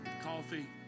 coffee